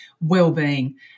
well-being